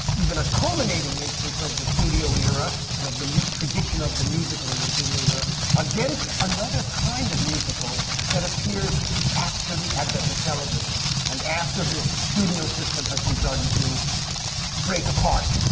even a culminating instance of the studio era and of the tradition of the musical in the studio era against another kind of musical that appears after the advent of television, and after the studio system has begun to break apart,